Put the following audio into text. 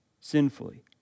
sinfully